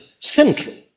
central